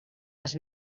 les